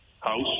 House